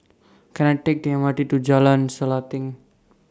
Can I Take The M R T to Jalan Selanting